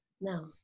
No